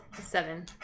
seven